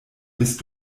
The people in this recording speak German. bist